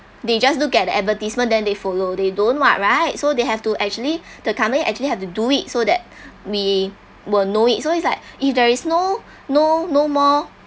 they just look at the advertisement then they follow they don't [what] right so they have to actually the company actually have to do it so that we will know it so it's like if there is no no no more